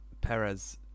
Perez